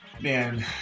Man